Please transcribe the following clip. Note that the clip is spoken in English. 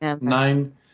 nine